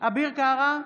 אביר קארה,